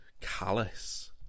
callous